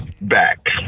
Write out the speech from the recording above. back